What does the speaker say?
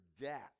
death